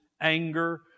anger